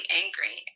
angry